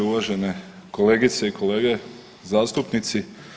Uvažene kolegice i kolege zastupnici.